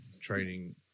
training